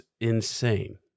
insane